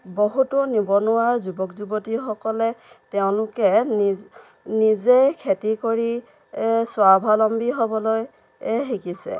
বহুতো নিবনুৱা যুৱক যুৱতীসকলে তেওঁলোকে নিজ নিজেই খেতি কৰি স্বাৱলম্বী হ'বলৈ শিকিছে